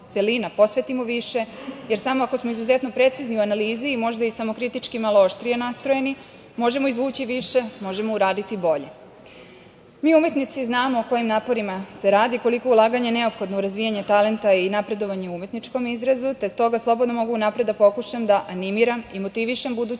celina, posvetimo više, jer samo ako smo izuzetno precizni u analizi i možda i samokritički malo oštrije nastrojeni, možemo izvući više, možemo uraditi bolje. Mi umetnici znamo kojim naporima se radi, koliko je ulaganje neophodno u razvijanje talenta i napredovanje u umetničkom izrazu, te s toga mogu slobodno unapred da pokušam da animiram i motivišem budući